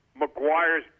McGuire's